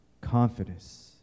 confidence